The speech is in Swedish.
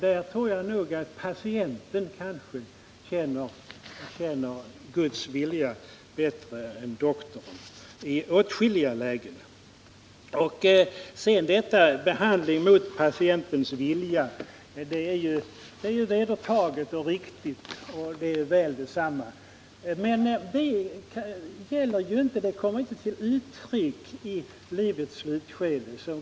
Där tror jag att patienten kanske känner Guds vilja bättre än doktorn gör i åtskilliga lägen. Att behandling mot patientens vilja inte skall förekomma är ju vedertaget och riktigt — och väl är det. Men — det berörde ju Gunnar Biörck också — viljan kommer inte till uttryck i livets slutskede.